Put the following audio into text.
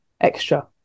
extra